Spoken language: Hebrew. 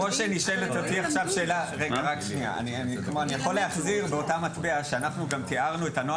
אני יכול להחזיר באותה מטבע שאנחנו גם תיארנו את הנוהל